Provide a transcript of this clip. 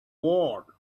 world